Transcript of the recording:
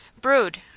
Brood